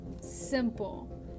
Simple